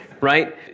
right